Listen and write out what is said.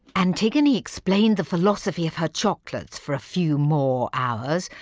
antigone explained the philosophy of her chocolates for a few more hours,